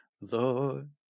Lord